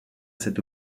cet